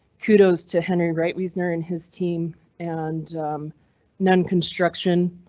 kudos to henry, right? reasoner and his team and non construction